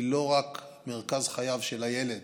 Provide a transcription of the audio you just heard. היא לא רק מרכז חייו של הילד